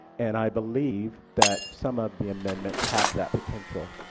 and i believe that some of the amendments have that potential.